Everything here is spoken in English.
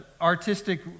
artistic